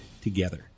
together